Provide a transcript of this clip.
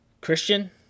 Christian